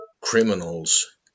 Criminals